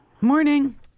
Morning